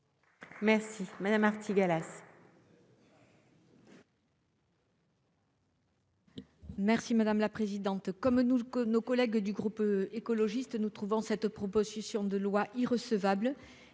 Merci madame Artigalas.